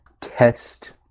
test